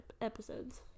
episodes